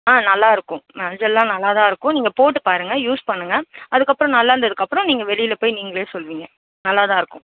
ஆ நல்லா இருக்கும் மஞ்சள்லாம் நல்லாதான் இருக்கும் நீங்கள் போட்டு பாருங்கள் யூஸ் பண்ணுங்கள் அதுக்கப்பறம் நல்லாயிருந்ததுக்கு அப்புறம் நீங்கள் வெளியில் போய் நீங்களே சொல்லுவீங்க நல்லாதான் இருக்கும்